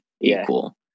equal